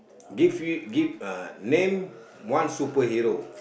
give you uh name one super hero